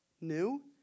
new